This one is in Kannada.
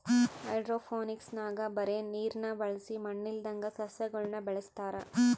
ಹೈಡ್ರೋಫೋನಿಕ್ಸ್ನಾಗ ಬರೇ ನೀರ್ನ ಬಳಸಿ ಮಣ್ಣಿಲ್ಲದಂಗ ಸಸ್ಯಗುಳನ ಬೆಳೆಸತಾರ